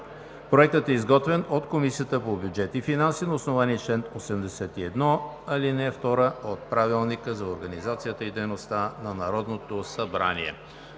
Проектът е изготвен от Комисията по бюджет и финанси на основание чл. 81, ал. 2 от Правилника за организацията и дейността на Народното събрание.